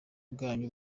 bwanyu